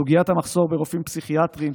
סוגיית המחסור ברופאים פסיכיאטריים,